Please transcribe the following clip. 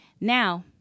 Now